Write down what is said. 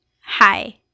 hi